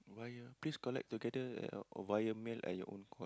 why ah please collect together via mail at your own cost